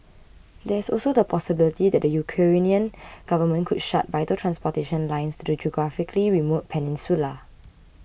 there is also the possibility that the Ukrainian government could shut vital transportation lines to the geographically remote peninsula